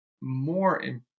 more